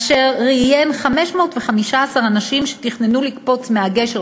אשר ראיין 515 אנשים שתכננו לקפוץ מהגשר,